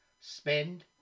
spend